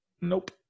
nope